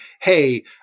hey